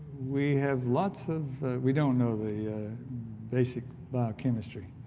we have lots of we don't know the basic biochemistry.